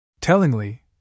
Tellingly